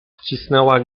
wcisnęła